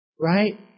right